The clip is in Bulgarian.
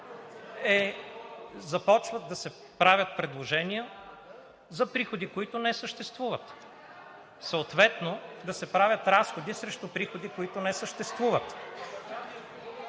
че започват да се правят предложения за приходи, които не съществуват, съответно да се правят разходи срещу приходи, които не съществуват,